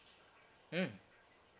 mm